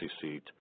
seat